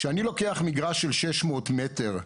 כשאני לוקח מגרש של 600 מטר,